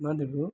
मा होनदों बेखौ